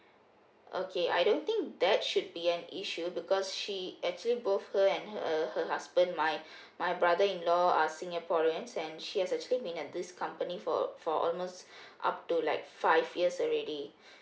okay I don't think that should be an issue because she actually both her and her her husband my my brother in law are singaporeans and she has actually been at this company for for almost up to like five years already